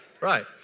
Right